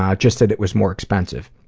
um just that it was more expensive.